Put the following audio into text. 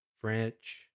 French